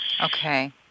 Okay